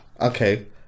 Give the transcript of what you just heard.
Okay